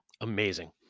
amazing